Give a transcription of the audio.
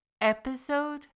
Episode